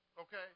okay